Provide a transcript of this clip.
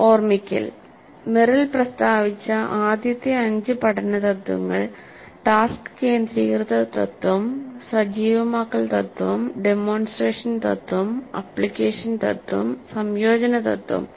ഓർമ്മിക്കൽ Merrill പ്രസ്താവിച്ച ആദ്യത്തെ അഞ്ച് പഠന തത്വങ്ങൾ ടാസ്ക് കേന്ദ്രീകൃത തത്വം സജീവമാക്കൽ തത്വം ഡെമോൺസ്ട്രേഷൻ തത്വം ആപ്ലിക്കേഷൻ തത്വം സംയോജന തത്വം